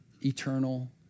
eternal